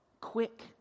quick